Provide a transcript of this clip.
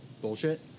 bullshit